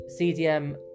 CDM